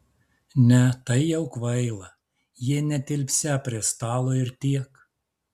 ne tai jau kvaila jie netilpsią prie stalo ir tiek